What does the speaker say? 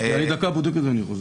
אני בודק את זה וחוזר